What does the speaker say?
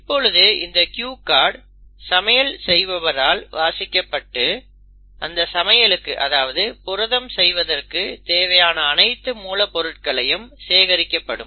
இப்பொழுது இந்த Q card சமையல் செய்பவரால் வாசிக்கப்பட்டு அந்த சமையலுக்கு அதாவது புரதம் செய்வதற்கு தேவையான அனைத்து மூலப் பொருட்களையும் சேகரிக்கப்படும்